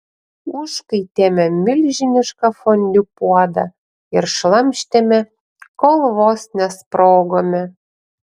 užkaitėme milžinišką fondiu puodą ir šlamštėme kol vos nesprogome